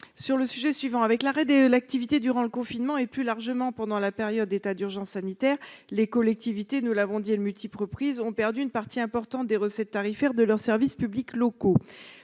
de le défendre. Avec l'arrêt de l'activité durant le confinement et plus largement pendant la période de l'état d'urgence sanitaire, les collectivités- nous l'avons dit à de multiples reprises -ont perdu une partie importante des recettes tarifaires de leurs services publics locaux.